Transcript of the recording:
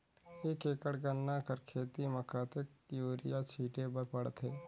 एक एकड़ गन्ना कर खेती म कतेक युरिया छिंटे बर पड़थे?